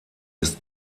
ist